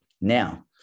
Now